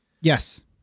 Yes